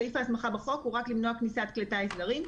סעיף ההסמכה בחוק הוא רק למנוע כניסת כלי טיס זרים.